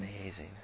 amazing